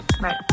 right